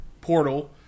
portal